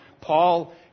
Paul